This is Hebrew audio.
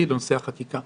מילה אחרונה בנושא החקיקה.